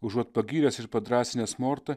užuot pagyręs ir padrąsinęs mortą